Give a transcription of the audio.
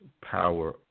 power